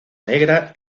negra